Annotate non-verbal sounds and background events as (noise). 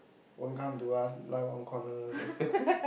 won't come to us lie one corner then (laughs)